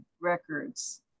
records